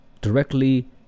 directly